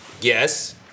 yes